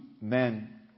men